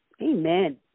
Amen